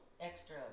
extra